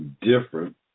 different